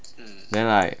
then like